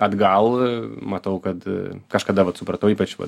atgal matau kad kažkada vat supratau ypač va